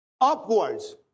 upwards